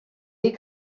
dir